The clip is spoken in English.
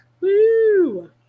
Woo